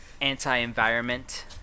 anti-environment